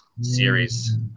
series